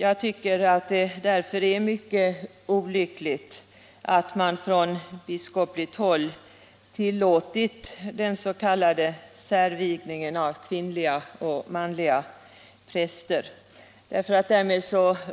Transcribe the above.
Jag tycker att det är mycket olyckligt att man från biskopligt håll tillåtit den s.k. särvigningen av kvinnliga och manliga präster, därför att därmed